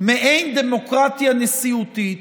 מעין דמוקרטיה נשיאותית,